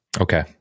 Okay